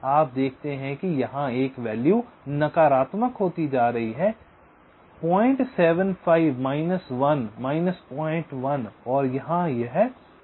आप देखते हैं कि यहां एक वैल्यू नकारात्मक होती जा रही है 075 माइनस 1 माइनस 01 और यहां यह 095 हो जाएगा